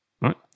right